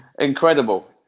incredible